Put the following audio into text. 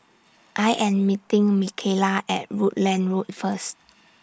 I Am meeting Micaela At Rutland Road First